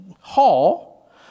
hall